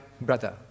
brother